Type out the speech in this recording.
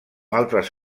altres